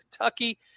Kentucky